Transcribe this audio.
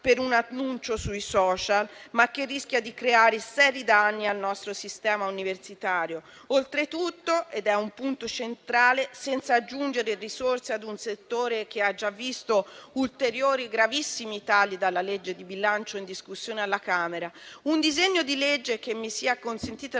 per un annuncio sui *social*, ma che rischia di creare seri danni al nostro sistema universitario, oltretutto - ed è un punto centrale - senza aggiungere risorse a un settore che ha già visto ulteriori gravissimi tagli dalla legge di bilancio in discussione alla Camera. Un disegno di legge che, mi sia consentita